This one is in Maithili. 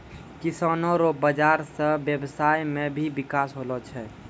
किसानो रो बाजार से व्यबसाय मे भी बिकास होलो छै